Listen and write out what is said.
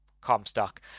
Comstock